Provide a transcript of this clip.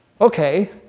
Okay